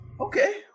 Okay